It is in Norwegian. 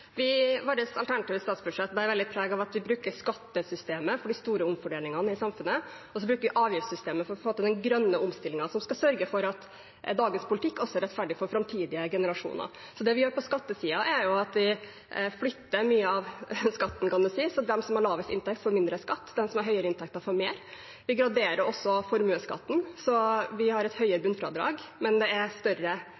Vårt alternative statsbudsjett bærer veldig preg av at vi bruker skattesystemet for de store omfordelingene i samfunnet, og så bruker vi avgiftssystemet for å få til den grønne omstillingen som skal sørge for at dagens politikk også er rettferdig for framtidige generasjoner. Det vi gjør på skattesiden, er at vi flytter mye av skatten, kan man si, sånn at de som har lavest inntekt, får mindre skatt, og de som har høyere inntekter, får mer. Vi graderer også formuesskatten. Vi har et høyere